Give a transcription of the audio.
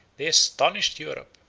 they astonished europe,